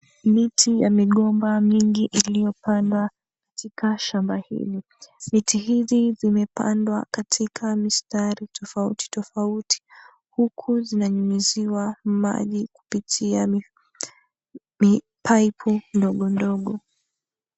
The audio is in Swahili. Miti ya migomba mingi iliyopandwa katika shamba hili. Miti hizi zimepandwa katika mistari tofauti tofauti, huku zinanyunyiziwa maji kupitia mipaipu ndogo ndogo.